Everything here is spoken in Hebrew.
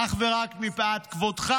אך ורק מפאת כבודך.